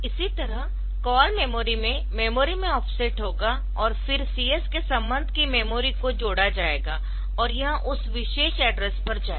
इसी तरह call memory में मेमोरी में ऑफसेट होगा और फिर CS के संबंध कि मेमोरी को जोड़ा जाएगा और यह उस विशेष एड्रेस पर जाएगा